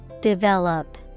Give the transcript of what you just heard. Develop